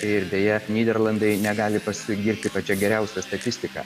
ir deja nyderlandai negali pasigirti pačia geriausia statistika